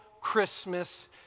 Christmas